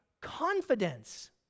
confidence